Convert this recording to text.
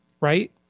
right